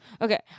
Okay